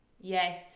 Yes